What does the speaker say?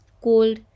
cold